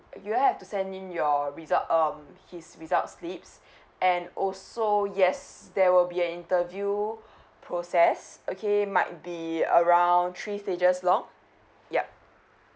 you'll have to send in your result um his results slips and also yes there will be an interview process okay might be around three stages long yup